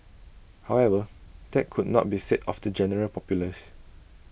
however that could not be said of the general populace